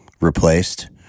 replaced